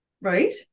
Right